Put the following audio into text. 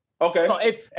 Okay